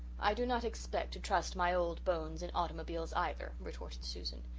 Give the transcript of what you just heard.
i do not expect to trust my old bones in automobiles, either, retorted susan.